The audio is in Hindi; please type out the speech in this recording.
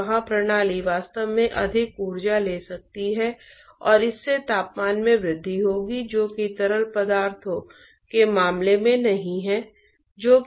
ट्यूब का बाहरी भाग एक घुमावदार सतह क्षेत्र है और तरल पदार्थ घुमावदार सतह क्षेत्र से बह रहा है